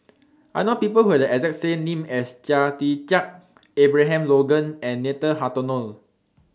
I know People Who Have The exact name as Chia Tee Chiak Abraham Logan and Nathan Hartono